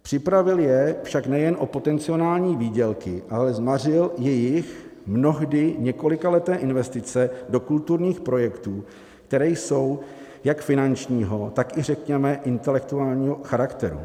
Připravil je však nejen o potenciální výdělky, ale zmařil jejich mnohdy několikaleté investice do kulturních projektů, které jsou jak finančního, tak i, řekněme, intelektuálního, charakteru.